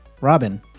Robin